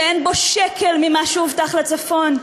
זה תקציב שאין בו שקל ממה שהובטח לצפון.